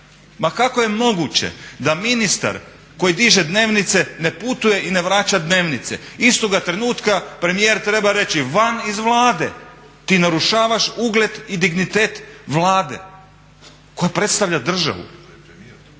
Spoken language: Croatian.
Ma kako je moguće da ministar koji diže dnevnice ne putuje i ne vraća dnevnice. Istoga trenutka premijer treba reći van iz Vlade, ti narušavaš ugled i dignitet Vlade koja predstavlja državu.